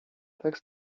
tekst